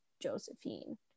Josephine